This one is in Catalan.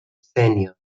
sénia